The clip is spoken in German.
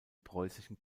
preußischen